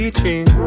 dream